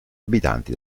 abitanti